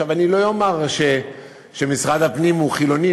אני לא אומַר שמשרד הפנים הוא חילוני